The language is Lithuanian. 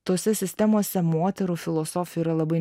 tose sistemose moterų filosofių yra labai